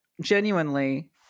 Genuinely